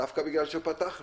דווקא בגלל שפתחנו.